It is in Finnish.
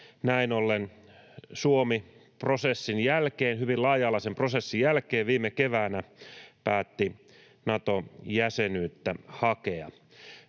näin ollen Suomi hyvin laaja-alaisen prosessin jälkeen viime keväänä päätti Nato-jäsenyyttä hakea.